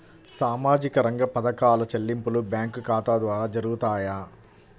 సామాజిక రంగ పథకాల చెల్లింపులు బ్యాంకు ఖాతా ద్వార జరుగుతాయా?